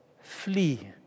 flee